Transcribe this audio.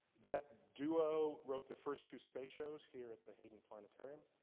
that duo wrote the first two space shows here at the hayden planetarium.